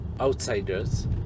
outsiders